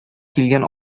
килгән